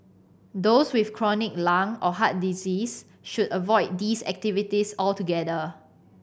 those with chronic lung or heart disease should avoid these activities altogether